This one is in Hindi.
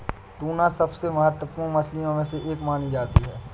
टूना सबसे महत्त्वपूर्ण मछलियों में से एक मानी जाती है